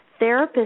therapists